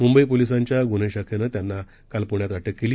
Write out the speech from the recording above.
मुंबई पोलिसांच्या गुन्हे शाखेनं त्यांना प्ण्यात अटक केली